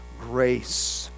grace